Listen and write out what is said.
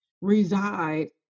reside